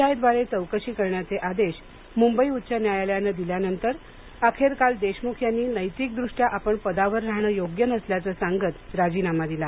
I द्वारे चौकशी करण्याचे आदेश मुंबई उच्च न्यायालयानं दिल्यानंतर अखेर काल देशमुख यांनी नैतिकदृष्ट्या आपण पदावर राहणं योग्य नसल्याचं सांगत राजीनामा दिला